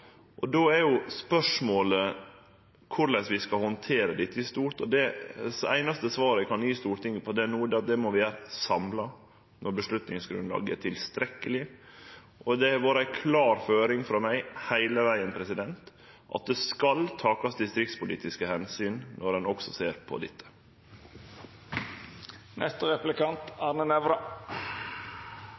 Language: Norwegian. Då er jo spørsmålet korleis vi skal handtere dette i stort. Det einaste svaret eg kan gje Stortinget på det no, er at det må vi gjere samla når avgjerdsgrunnlaget er tilstrekkeleg, og det har vore ei klar føring frå meg heile vegen at det skal takast distriktspolitiske omsyn også når ein ser på dette.